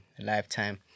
lifetime